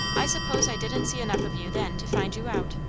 i suppose i didn't see enough of you then to find you out.